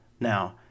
Now